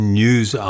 news